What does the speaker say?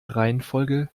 reihenfolge